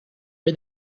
are